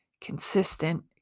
consistent